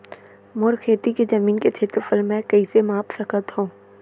मोर खेती के जमीन के क्षेत्रफल मैं कइसे माप सकत हो?